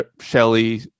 Shelley